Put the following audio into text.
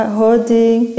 holding